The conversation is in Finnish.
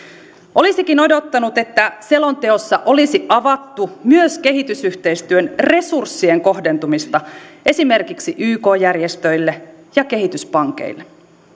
olisikin odottanut että selonteossa olisi avattu myös kehitysyhteistyön resurssien kohdentumista esimerkiksi yk järjestöille ja kehityspankeille